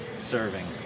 serving